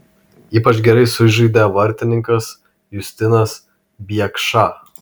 ypač gerai sužaidė vartininkas justinas biekša